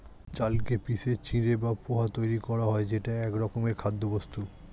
চালকে পিষে চিঁড়ে বা পোহা তৈরি করা হয় যেটা একরকমের খাদ্যবস্তু